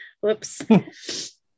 whoops